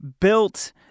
built